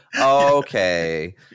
Okay